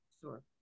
Sure